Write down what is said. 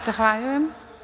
Zahvaljujem.